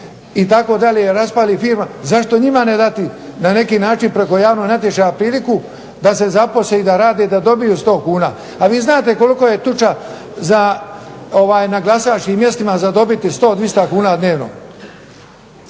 itd., raspalih firma. Zašto njima ne dati na neki način preko javnog natječaja priliku da se zaposli i da rade i da dobiju 100 kuna. A vi znate koliko je tuča na glasačkim mjestima za dobiti 100, 200 kuna dnevno.